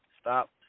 Stop